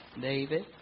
David